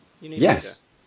Yes